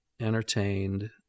entertained